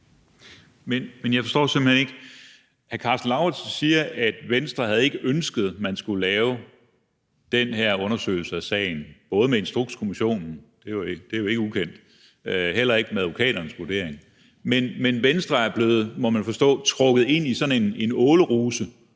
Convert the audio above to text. Men jeg forstår det simpelt hen ikke. Hr. Karsten Lauritzen siger, at Venstre ikke havde ønsket, at man skulle lave den her undersøgelse af sagen, hverken med Instrukskommissionen – det er jo ikke ukendt – eller med advokaternes vurdering. Men Venstre er blevet, må man forstå, trukket ind i sådan en åleruse,